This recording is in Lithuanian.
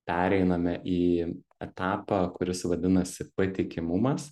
pereiname į etapą kuris vadinasi patikimumas